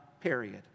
period